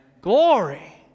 Glory